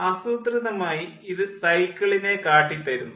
ആസൂത്രിതമായി ഇത് സൈക്കിളിനെ കാട്ടിത്തരുന്നു